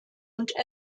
und